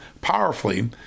powerfully